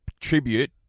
tribute